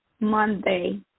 Monday